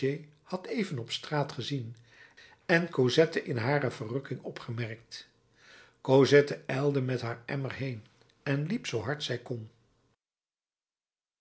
had even op straat gezien en cosette in hare verrukking opgemerkt cosette ijlde met haar emmer heen en liep zoo hard zij kon